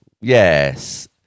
Yes